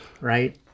right